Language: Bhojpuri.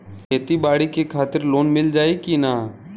खेती बाडी के खातिर लोन मिल जाई किना?